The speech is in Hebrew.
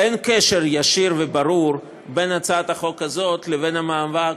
ואין קשר ישיר וברור בין הצעת החוק הזאת לבין המאבק